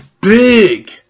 big